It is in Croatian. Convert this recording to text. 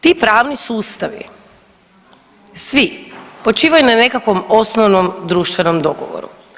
Ti pravni sustavi svi počivaju na nekakvom osnovnom društvenom dogovoru.